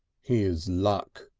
here's luck!